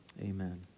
Amen